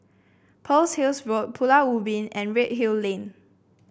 Pearl's Hill Road Pulau Ubin and Redhill Lane